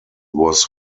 was